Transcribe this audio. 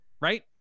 right